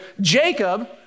Jacob